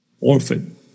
orphan